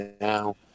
now